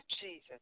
Jesus